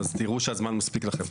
אז תראו שהזמן מספיק לכם.